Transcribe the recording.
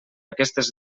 aquestes